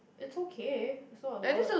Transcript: it's okay is not a lot